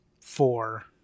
four